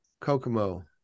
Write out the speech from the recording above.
Kokomo